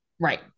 right